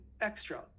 extra